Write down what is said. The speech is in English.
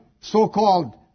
so-called